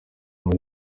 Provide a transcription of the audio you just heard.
muri